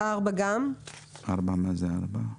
גם את 4 משכת.